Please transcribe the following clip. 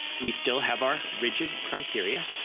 we still have our rigid criteria.